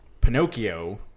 Pinocchio